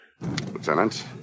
Lieutenant